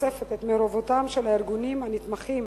החושפת את מעורבותם של הארגונים הנתמכים